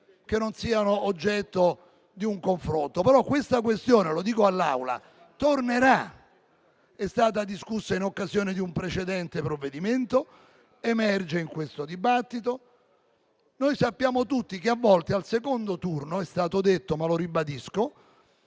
che non siano oggetto di un confronto. Questa tematica però tornerà, perché è stata discussa in occasione di un precedente provvedimento ed emerge in questo dibattito. Noi sappiamo tutti che a volte al secondo turno - è stato detto, ma lo ribadisco